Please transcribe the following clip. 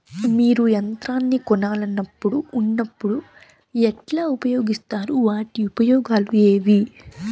మీరు యంత్రాన్ని కొనాలన్నప్పుడు ఉన్నప్పుడు ఎట్లా ఉపయోగిస్తారు వాటి ఉపయోగాలు ఏవి?